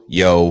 yo